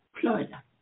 Florida